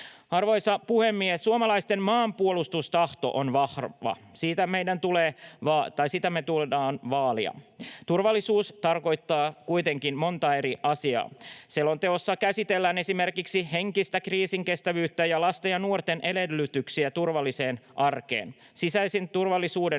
Arvoisa puhemies! Suomalaisten maanpuolustustahto on vahva. Sitä meidän tulee vaalia. Turvallisuus tarkoittaa kuitenkin monta eri asiaa. Selonteossa käsitellään esimerkiksi henkistä kriisinkestävyyttä sekä lasten ja nuorten edellytyksiä turvalliseen arkeen. Sisäisen turvallisuuden